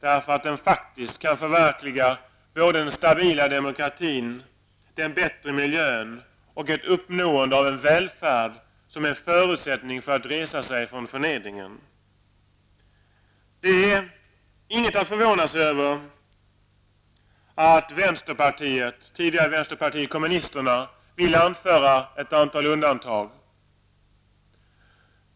Den är faktiskt ett medel för att förverkliga drömmen om den stabila demokratin, om en bättre miljö och uppnåendet av välfärd, som är en förutsättning för att man skall kunna resa sig från förnedringen. Detta är ingenting att förvåna sig över att vänsterpartiet, tidigare vänsterpartiet kommunisterna, vill anföra ett antal undantag.